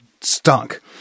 stuck